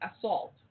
assault